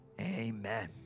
Amen